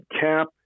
cap